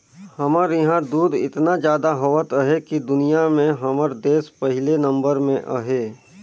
हमर इहां दूद एतना जादा होवत अहे कि दुनिया में हमर देस पहिले नंबर में अहे